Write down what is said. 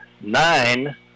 Nine